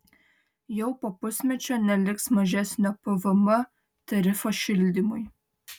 jau po pusmečio neliks mažesnio pvm tarifo šildymui